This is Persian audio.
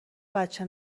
بچه